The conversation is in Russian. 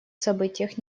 событиях